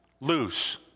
lose